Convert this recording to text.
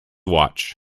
watch